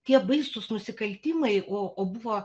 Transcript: tie baisūs nusikaltimai o o buvo